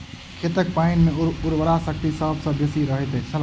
खेतक पाइन मे उर्वरा शक्ति सभ सॅ बेसी रहैत अछि